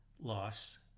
loss